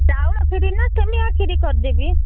ଚାଉଳ କ୍ଷୀରି ନାଁ ସେମିଆ କ୍ଷୀରି କରିଦେବି